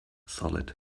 solid